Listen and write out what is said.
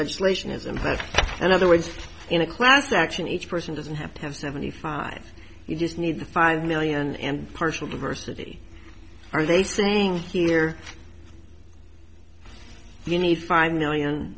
legislation is and has and other words in a class action each person doesn't have to have seventy five you just need the five million and partial diversity are they saying here you need five million